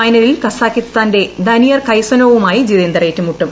ഫൈനലിൽ കസാഖിസ്ഥാന്റെ ദനിയർ കൈസ്നോവുമായി ജിതേന്ദർ ഏറ്റുമുട്ടും